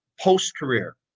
post-career